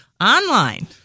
online